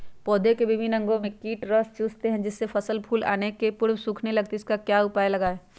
पौधे के विभिन्न अंगों से कीट रस चूसते हैं जिससे फसल फूल आने के पूर्व सूखने लगती है इसका क्या उपाय लगाएं?